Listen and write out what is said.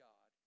God